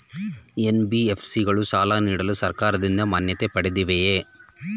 NBFC ಗಳು ಸಾಲ ನೀಡಲು ಸರ್ಕಾರದಿಂದ ಮಾನ್ಯತೆ ಪಡೆದಿವೆಯೇ?